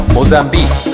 Mozambique